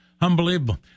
Unbelievable